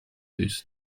this